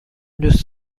دوست